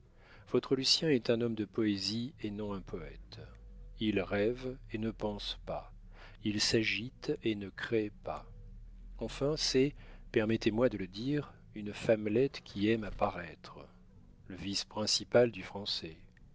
votre lucien est un homme de poésie et non un poète il rêve et ne pense pas il s'agite et ne crée pas enfin c'est permettez-moi de le dire une femmelette qui aime à paraître le vice principal du français